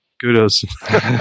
kudos